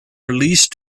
released